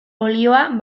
olioa